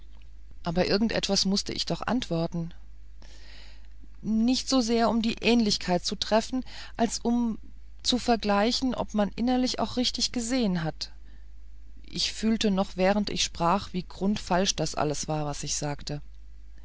aber irgend etwas mußte ich doch antworten nicht so sehr um die ähnlichkeit zu treffen als um zu vergleichen ob man innerlich auch richtig gesehen hat ich fühlte noch während ich sprach wie grundfalsch das alles war was ich sagte